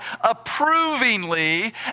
approvingly